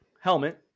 helmet